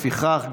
לפיכך,